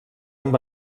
amb